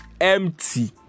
Empty